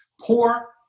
poor